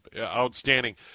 Outstanding